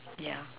yeah